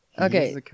Okay